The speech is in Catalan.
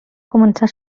començar